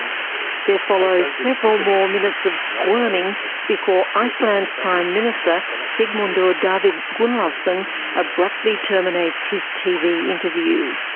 there follow several more minutes of squirming before iceland's prime minister sigmundur david gunnlaugsson abruptly terminates his tv interview.